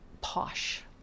posh